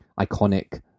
iconic